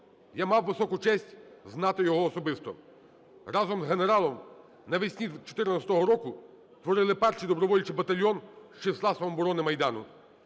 Я мав високу честь знати його особисто. Разом з генералом навесні 14-го року створили перший добровольчий батальйон з числа самооборони Майдану.